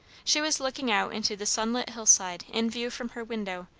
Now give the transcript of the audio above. she was looking out into the sunlit hillside in view from her window,